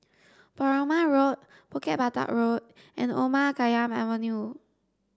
Perumal Road Bukit Batok Road and Omar Khayyam Avenue